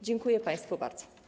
Dziękuję państwu bardzo.